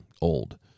old